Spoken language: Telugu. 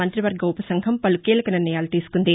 మంతివర్గ ఉప సంఘం పలు కీలక నిర్ణయాలు తీసుకుంది